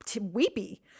weepy